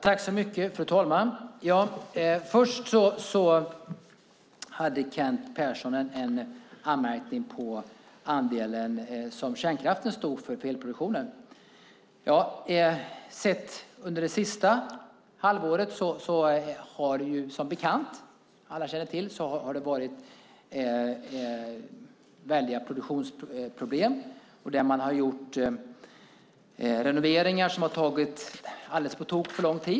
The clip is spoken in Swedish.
Fru talman! Kent Persson hade en anmärkning om kärnkraftens andel av elproduktionen. Under det senaste halvåret har det som bekant varit väldiga produktionsproblem. Man har genomfört renoveringar som har tagit alldeles på tok för lång tid.